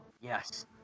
yes